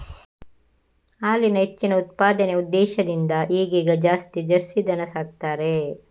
ಹಾಲಿನ ಹೆಚ್ಚಿನ ಉತ್ಪಾದನೆಯ ಉದ್ದೇಶದಿಂದ ಈಗೀಗ ಜಾಸ್ತಿ ಜರ್ಸಿ ದನ ಸಾಕ್ತಾರೆ